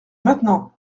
maintenant